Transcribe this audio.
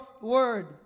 word